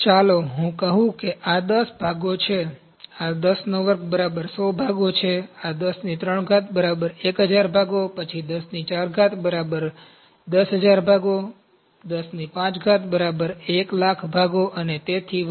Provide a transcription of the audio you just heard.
ચાલો હું કહું કે આ 10 ભાગો છે આ 10 2 100 ભાગો છે આ 103 1000 ભાગો છે પછી 104 10000 ભાગો 105 100000 ભાગો અને તેથી વધુ